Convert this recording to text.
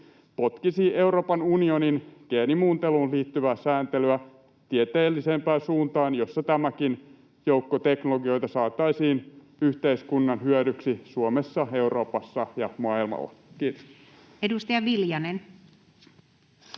potkisi Euroopan unionin geenimuunteluun liittyvää sääntelyä tieteellisempään suuntaan, niin että tämäkin joukko teknologioita saataisiin yhteiskunnan hyödyksi Suomessa, Euroopassa ja maailmalla. — Kiitos. [Speech